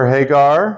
Hagar